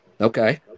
Okay